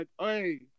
hey